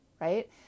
right